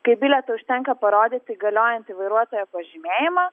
kaip bilietą užtenka parodyti galiojantį vairuotojo pažymėjimą